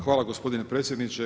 Hvala gospodine predsjedniče.